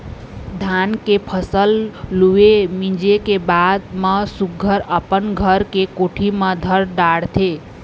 धान के फसल लूए, मिंजे के बाद म सुग्घर अपन घर के कोठी म धर डारथे